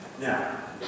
Now